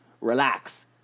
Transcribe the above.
relax